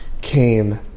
came